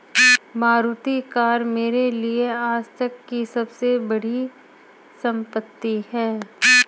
Maruti car मेरे लिए आजतक की सबसे बड़ी संपत्ति है